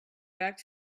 back